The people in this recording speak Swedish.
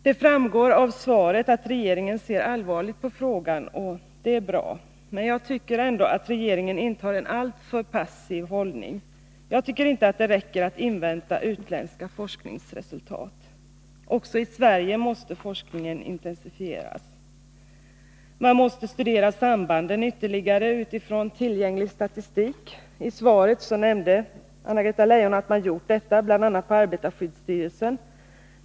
Det framgår av svaret att regeringen ser allvarligt på frågan, vilket är bra. Men jag tycker ändå att regeringen intar en alltför passiv hållning. Jag tycker inte att det räcker med att invänta utländska forskningsresultat. Också i Sverige måste forskningen intensifieras. Man måste studera sambanden I svaret nämner Anna-Greta Leijon att man har gjort sådana undersökningar bl.a. på arbetarskyddsstyrelsen.